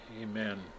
Amen